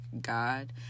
god